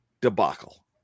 debacle